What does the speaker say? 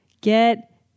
Get